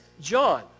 John